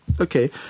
Okay